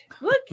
Look